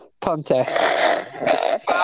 contest